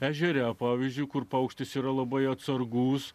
ežere pavyzdžiui kur paukštis yra labai atsargus